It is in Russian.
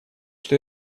что